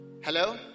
Hello